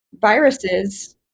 viruses